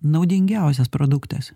naudingiausias produktas